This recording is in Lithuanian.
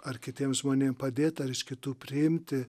ar kitiems žmonėm padėt ar iš kitų priimti